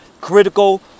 critical